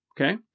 okay